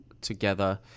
together